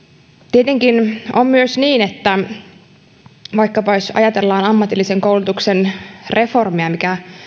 tietenkin on myös niin että jos vaikkapa ajatellaan ammatillisen koulutuksen reformia mikä